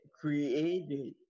created